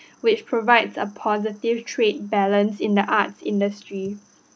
which provides a positive trade balance in the arts industry